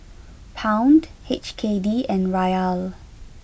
Pound H K D and Riyal